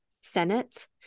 senate